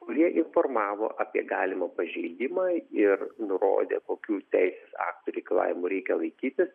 kurie informavo apie galimą pažeidimą ir nurodė kokių teisės aktų reikalavimų reikia laikytis